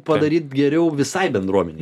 padaryt geriau visai bendruomenei